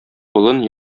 болын